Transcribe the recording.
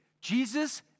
Jesus